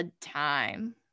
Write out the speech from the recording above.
time